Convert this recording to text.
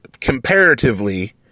comparatively